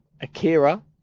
Akira